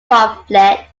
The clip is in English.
pamphlet